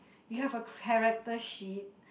you have a character sheet